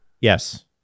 Yes